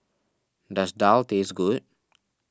does Daal taste good